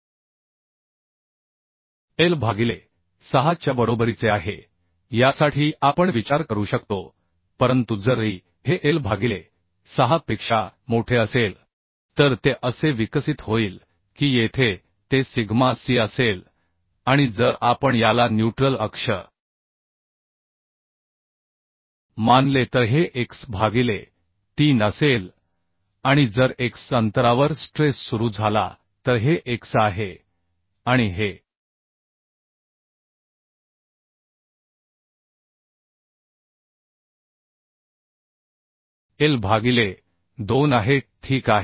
तर येथे e हे l भागिले 6 च्या बरोबरीचे आहे यासाठी आपण विचार करू शकतो परंतु जर e हे l भागिले 6 पेक्षा मोठे असेल तर ते असे विकसित होईल की येथे ते सिग्मा c असेल आणि जर आपण याला न्यूट्रल अक्ष मानले तर हे x भागिले 3 असेल आणि जर x अंतरावर स्ट्रेस सुरू झाला तर हे x आहे आणि हे l भागिले 2 आहे ठीक आहे